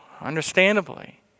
understandably